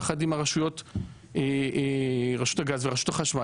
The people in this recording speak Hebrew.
ביחד עם רשות הגז והחשמל,